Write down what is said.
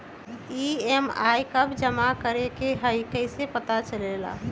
EMI कव जमा करेके हई कैसे पता चलेला?